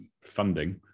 funding